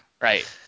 right